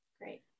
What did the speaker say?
Great